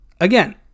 Again